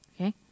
Okay